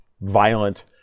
violent